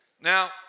Now